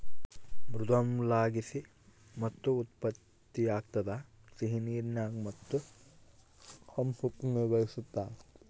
ಮೃದ್ವಂಗಿಲಾಸಿ ಮುತ್ತು ಉತ್ಪತ್ತಿಯಾಗ್ತದ ಸಿಹಿನೀರಿನಾಗ ಮುತ್ತು ಸಂಸ್ಕೃತಿ ನಿರ್ವಹಿಸ್ತಾರ